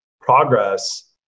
progress